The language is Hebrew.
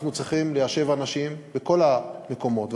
אנחנו צריכים ליישב אנשים בכל המקומות,